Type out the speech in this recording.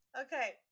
Okay